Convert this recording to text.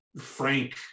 frank